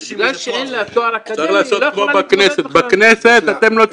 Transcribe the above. בגלל שאין לה תואר אקדמי היא לא יכולה להתמודד בכלל.